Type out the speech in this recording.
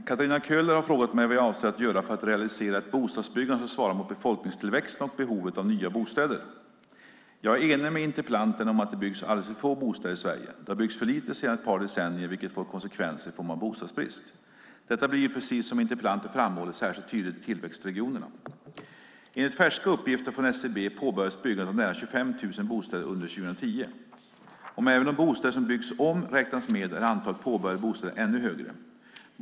Herr talman! Katarina Köhler har frågat mig vad jag avser att göra för att realisera ett bostadsbyggande som svarar mot befolkningstillväxten och behovet av nya bostäder. Jag är enig med interpellanten om att det byggs alldeles för få bostäder i Sverige. Det har byggts för lite sedan ett par decennier vilket får konsekvenser i form av bostadsbrist. Detta blir, precis som interpellanten framhåller, särskilt tydligt i tillväxtregionerna. Enligt färska uppgifter från SCB påbörjades byggande av nära 25 000 bostäder under 2010. Om även de bostäder som byggs om räknas med är antalet påbörjade bostäder ännu högre.